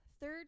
third